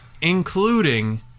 including